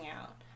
out